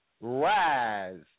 Rise